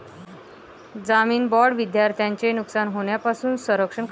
जामीन बाँड लाभार्थ्याचे नुकसान होण्यापासून संरक्षण करते